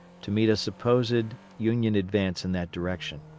to meet a supposed union advance in that direction.